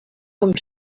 com